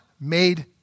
made